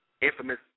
infamous